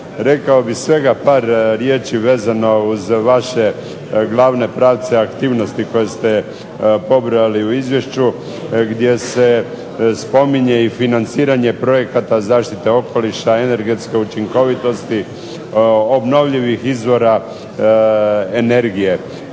Rekao bih svega par riječi vezano uz vaše glavne pravce aktivnosti koje ste naveli u Izvješću gdje se spominje i financiranje projekata zaštite okoliša i energetske učinkovitosti, obnovljivih izvora energije.